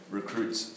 recruits